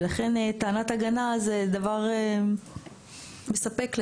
ולכן טענת הגנה זה דבר מספק לדעתנו.